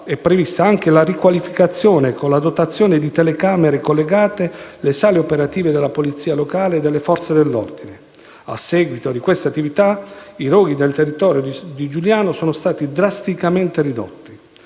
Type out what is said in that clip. è prevista anche la riqualificazione con la dotazione di telecamere, collegate con le sale operative della polizia locale e delle Forze dell'ordine. A seguito di queste attività, i roghi nel territorio di Giugliano sono stati drasticamente ridotti.